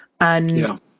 And-